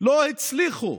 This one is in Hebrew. לא הצליחו